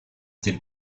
tel